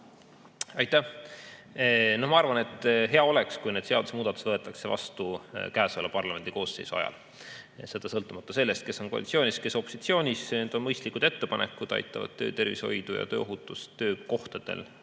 Aitäh! Ma arvan, et hea oleks, kui need seadusemuudatused võetaks vastu käesoleva parlamendikoosseisu ajal ja seda sõltumata sellest, kes on koalitsioonis ja kes opositsioonis. Need on mõistlikud ettepanekud, aitavad töötervishoidu ja tööohutust töökohtadel